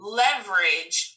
leverage